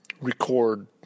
record